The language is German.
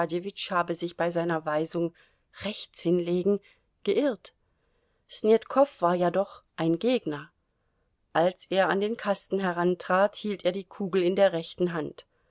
habe sich bei seiner weisung rechts hinlegen geirrt snetkow war ja doch ein gegner als er an den kasten herantrat hielt er die kugel in der rechten hand